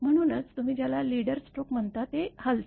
म्हणूनच तुम्ही ज्याला लीडर स्टोक म्हणता ते हलते